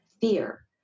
Fear